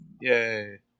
Yay